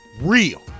real